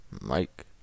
Mike